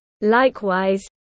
Likewise